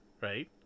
Right